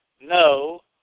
no